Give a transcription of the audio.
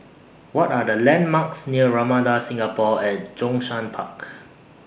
What Are The landmarks near Ramada Singapore At Zhongshan Park